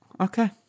Okay